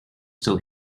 still